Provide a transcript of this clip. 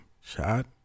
shot